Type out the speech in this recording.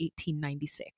1896